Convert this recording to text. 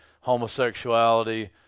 homosexuality